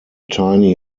tiny